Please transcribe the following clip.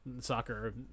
soccer